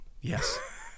yes